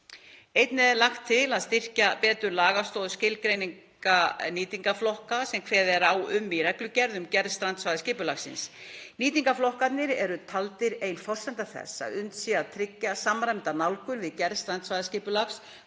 Einnig er lagt til að styrkja betur lagastoð skilgreininga nýtingarflokka sem kveðið er á um í reglugerð um gerð strandsvæðisskipulagsins. Nýtingarflokkarnir eru taldir ein forsenda þess að unnt sé að tryggja samræmda nálgun við gerð strandsvæðisskipulags